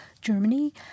Germany